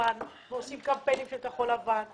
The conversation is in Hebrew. כחול-לבן ועושים קמפיינים של כחול-לבן,